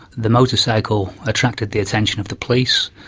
the motorcycle attracted the attention of the police,